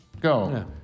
Go